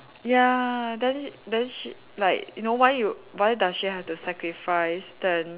ya then sh~ then she like you know why you why does she have to sacrifice then